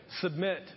submit